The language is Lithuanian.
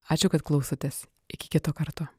ačiū kad klausotės iki kito karto